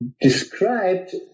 described